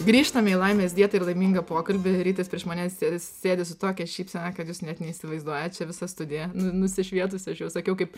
grįžtame į laimės dietą ir laimingą pokalbį rytis prieš mane sėdi sėdi su tokia šypsena kad jūs net neįsivaizduojat čia visa studija nusišvietusi aš jau sakiau kaip